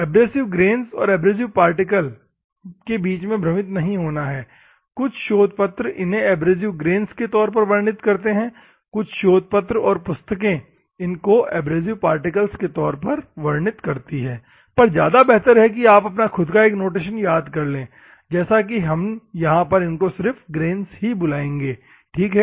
abrasive grains और abrasive particles बीच में भ्रमित नहीं होना है कुछ शोध पत्र इन्हें एब्रेसिव ग्रेन्स के तौर पर वर्णित करते हैं कुछ शोध पत्र और पुस्तकें इनको एब्रेसिव पार्टिकल्स के तौर पर वर्णित करती है पर ज्यादा बेहतर है कि आप अपना खुद का एक नोटेशन याद कर ले जैसा कि हम यहां पर इसको सिर्फ ग्रेन्स बुलाएंगे ठीक है